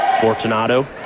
Fortunato